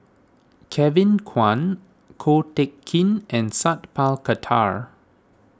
Kevin Kwan Ko Teck Kin and Sat Pal Khattar